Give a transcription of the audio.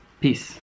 Peace